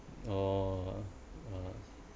orh uh